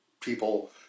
people